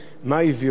מה הביא אותם?